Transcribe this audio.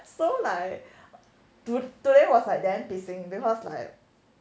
so like do today was like damn pissing because like